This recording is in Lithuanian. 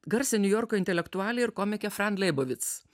garsią niujorko intelektualę ir komikę frand leibovitc